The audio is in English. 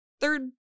third